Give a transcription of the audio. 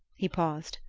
he paused.